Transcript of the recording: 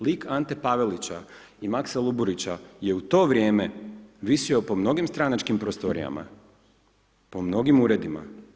Lik Ante Pavelića i Maksa Luburića je u to vrijeme visio po mnogim stranačkim prostorijama, po mnogim uredima.